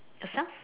yourself